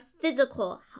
physical